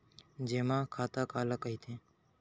जेमा खाता काला कहिथे?